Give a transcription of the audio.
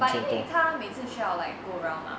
but 因为他每次需要 like go around mah